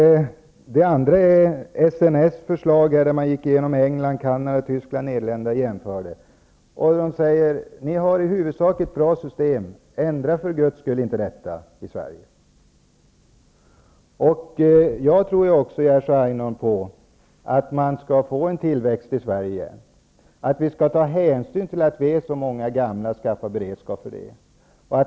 Det andra jag vill framhålla är SNS förslag. Man gick igenom England, Canada, Tyskland samt Nederländerna och jämförde. Därefter sade man: Ni har i huvudsak ett bra system i Sverige, ändra för Guds skull inte detta. Jag tror också, Jerzy Einhorn, att vi skall få en tillväxt i Sverige och att vi skall ta hänsyn till att vi är så många gamla och skaffa beredskap för det.